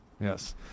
yes